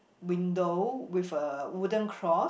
window with a wooden cross